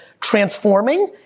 transforming